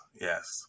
yes